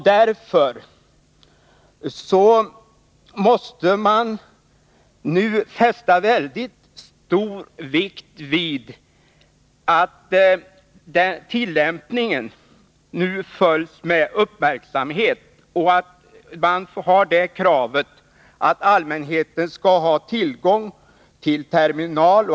Därför måste man fästa väldigt stor vikt vid att tillämpningen nu följs med uppmärksamhet och kräva att allmänheten skall ha tillgång till terminal.